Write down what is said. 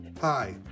Hi